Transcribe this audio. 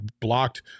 blocked